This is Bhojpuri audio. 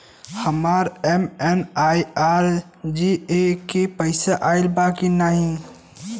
हमार एम.एन.आर.ई.जी.ए के पैसा आइल बा कि ना?